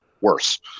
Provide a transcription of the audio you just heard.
worse